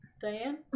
Diane